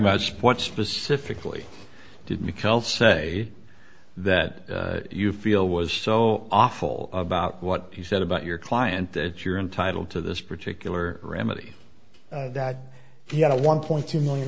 about sports specifically did mackell say that you feel was so awful about what he said about your client that you're entitled to this particular remedy that he had a one point two million